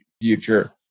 future